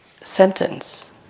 sentence